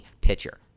pitcher